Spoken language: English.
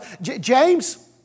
James